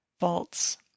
vaults